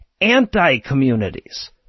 anti-communities